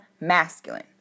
masculine